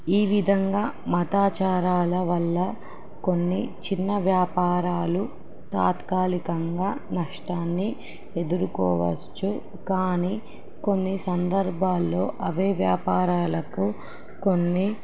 ఈ విధంగా మతాచారాల వల్ల కొన్ని చిన్న వ్యాపారాలు తాత్కాలికంగా నష్టాన్ని ఎదుర్కోవచ్చు కానీ కొన్ని సందర్భాల్లో అవే వ్యాపారాలకు కొన్ని